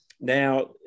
Now